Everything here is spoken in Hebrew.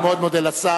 אני מאוד מודה לשר,